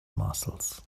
muscles